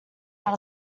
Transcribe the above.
out